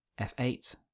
F8